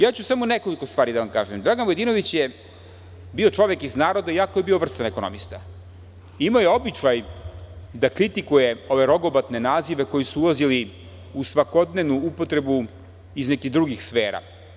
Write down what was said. Samo ću nekoliko stvari da vam kažem, Dragan Vujadinović je bio čovek iz naroda, bio je vrstan ekonomista, imao je običaj, da kritikuje ove rogobatne nazive koji su ulazili u svakodnevnu upotrebu iz nekih drugih sfera.